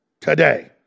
today